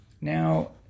now